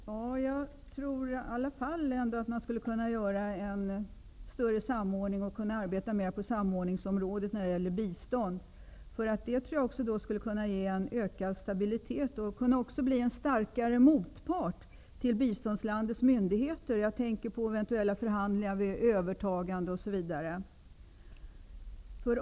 Fru talman! Jag tror i alla fall att man skulle kunna genomföra en större samordning när det gäller biståndet. Jag tror nämligen att det också skulle kunna ge en ökad stabilitet och innebära att vi fick en starkare motpart till biståndsländernas myndigheter. Jag tänker på eventuella förhandlingar vid övertagande, osv.